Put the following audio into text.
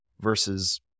versus